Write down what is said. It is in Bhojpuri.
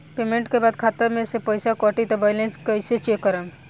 पेमेंट के बाद खाता मे से पैसा कटी त बैलेंस कैसे चेक करेम?